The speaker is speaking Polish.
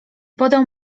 podał